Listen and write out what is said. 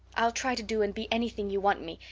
i'll try to do and be anything you want me,